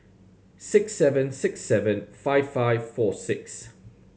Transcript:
six seven six seven five five four six